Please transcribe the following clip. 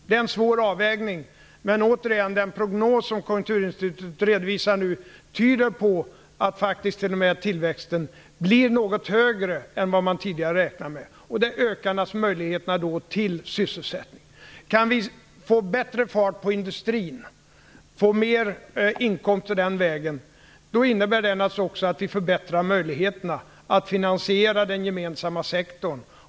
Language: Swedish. Det är en svår avvägning. Men återigen, den prognos som Konjunkturinstitutet redovisar nu tyder på att t.o.m. tillväxten faktiskt blir något högre än man tidigare räknade med. Det ökar naturligtvis möjligheterna till sysselsättning. Kan vi få bättre fart på industrin, få mer inkomster den vägen, innebär det naturligtvis också att vi förbättrar möjligheterna att finansiera den gemensamma sektorn.